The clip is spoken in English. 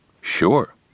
Sure